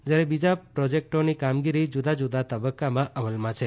જયારે બીજા પ્રોજેકટોની કામગીર જુદા જુદા તબકકામાં અમલમાં છે